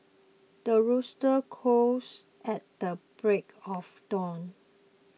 the rooster crows at the break of dawn